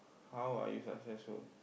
how are you successful